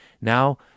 now